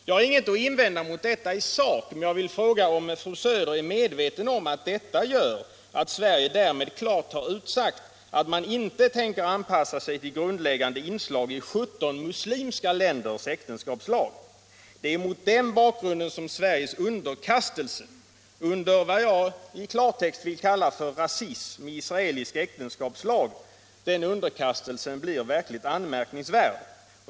Jag har inget att invända mot detta i sak. Men jag vill fråga fru Söder om hon är medveten om att detta innebär att Sverige därmed klart har utsagt att man inte tänker anpassa sig till grundläggande inslag i 17 muslimska länders äktenskapslag. Det är också mot den bakgrunden som Sveriges underkastelse under vad jag i klartext vill kalla för rasism i israelisk äktenskapslag blir verkligt anmärkningsvärd.